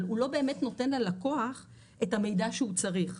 אבל הוא לא באמת נותן ללקוח את המידע שהוא צריך,